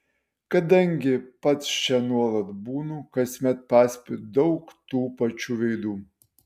kadangi pats čia nuolat būnu kasmet pastebiu daug tų pačių veidų